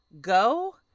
go